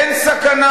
אין סכנה.